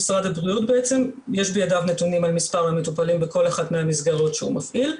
במשרד הבריאות יש נתונים על מספר המטופלים בכל אחת מהמסגרות שהוא מפעיל,